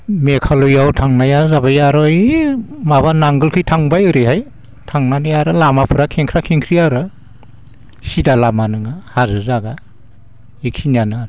मेघालयाव थांनाया जाबाय आर' ओइ माबा नांगोलखै थांबाय ओरैहाय थांनानै आरो लामाफोरा खेंख्रा खेंख्रि आरो सिदा लामा नोङा हाजो जागा एखिनियानो आरो